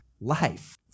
life